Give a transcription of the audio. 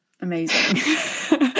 amazing